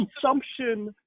consumption